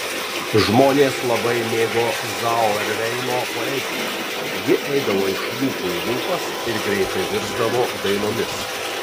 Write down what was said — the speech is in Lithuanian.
žmonės labai mėgo zauerveino poeziją ji eidavo iš lūpų į lūpas ir greitai virsdavo dainomis